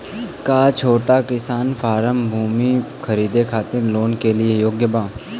का छोटा किसान फारम भूमि खरीदे खातिर लोन के लिए योग्य बा?